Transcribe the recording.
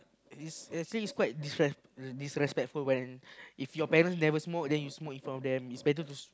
it's I feel it's disres~ disrespectful when if your parents never smoke then you smoke in front of them it's better to